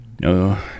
no